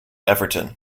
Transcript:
everton